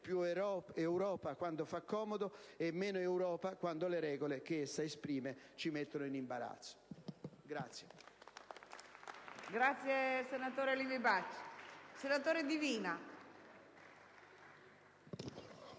più Europa quando fa comodo e meno Europa quando le regole che essa esprime ci mettono in imbarazzo. Signori